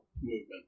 movement